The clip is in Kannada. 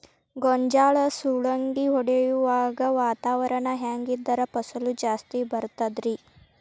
ಗೋಂಜಾಳ ಸುಲಂಗಿ ಹೊಡೆಯುವಾಗ ವಾತಾವರಣ ಹೆಂಗ್ ಇದ್ದರ ಫಸಲು ಜಾಸ್ತಿ ಬರತದ ರಿ?